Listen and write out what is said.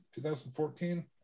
2014